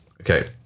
Okay